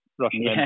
Russian